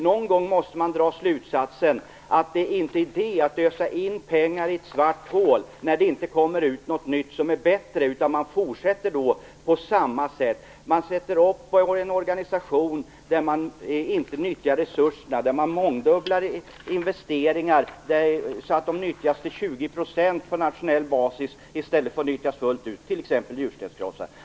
Någon gång måste man dra slutsatsen att det inte är idé att ösa in pengar i ett svart hål, när det inte kommer ut något nytt som är bättre, utan man fortsätter på samma sätt. Man sätter upp en organisation där man inte nyttjar resurserna, där man mångdubblar investeringar så att de nyttjas till 20 % på nationell basis i stället för att nyttjas fullt ut, t.ex. njurstenskrossar.